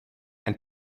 and